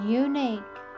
unique